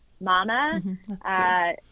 Mama